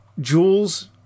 Jules